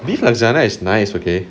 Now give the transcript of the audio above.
beef lasagna is nice okay